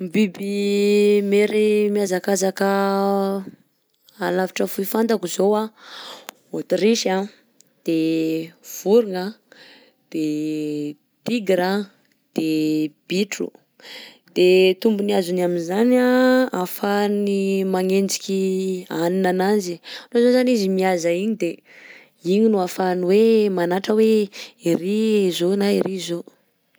N biby miery mihazakazaka alavitra fohy fantako zao anh: autruche anh, de vorogna anh, de tigre anh, de bitro. _x000D_ De tombony azony amin'zany anh ahafahany magnenjiky hanina ananzy, zany izy mihaza igny de igny no ahafahany hoe manatra hoe iry zao na iry zao.